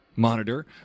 monitor